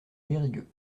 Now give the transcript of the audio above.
périgueux